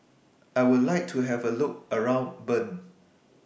I Would like to Have A Look around Bern